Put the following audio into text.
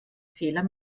fehler